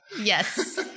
yes